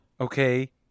okay